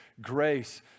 grace